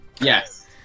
Yes